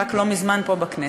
רק לא מזמן פה בכנסת,